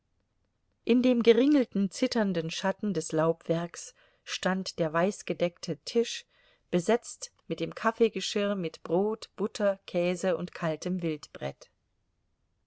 in dem geringelten zitternden schatten des laubwerks stand der weißgedeckte tisch besetzt mit dem kaffeegeschirr mit brot butter käse und kaltem